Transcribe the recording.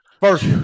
First